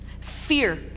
fear